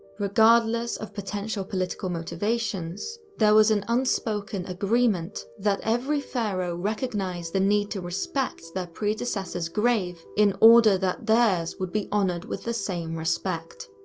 regardless of potential political motivations, there was an unspoken agreement that every pharaoh recognized the need to respect their predecessor's grave in order that theirs would be honoured with the same respect.